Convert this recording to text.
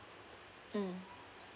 mm